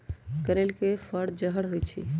कनइल के फर जहर होइ छइ